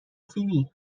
فیبی